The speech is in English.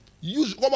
use